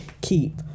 keep